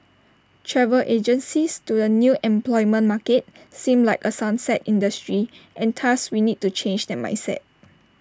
travel agencies to the new employment market seem like A sunset industry and thus we need to change that mindset